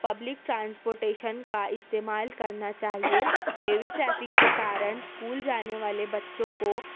public transportation کا استعمال کرنا چاہئے ہیوی ٹریفک کے کارن اسکول جانے والے بچوں کو